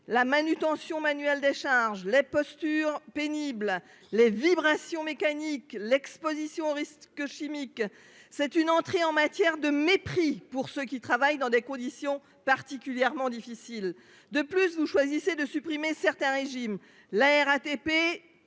la manutention manuelle des charges, les postures pénibles, les vibrations mécaniques et l'exposition aux risques chimiques. Une entrée en matière de mépris pour ceux qui travaillent dans des conditions particulièrement difficiles. De plus, vous choisissez de supprimer certains régimes : la RATP,